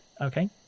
Okay